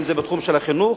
אם בתחום החינוך,